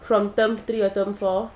from term three or term for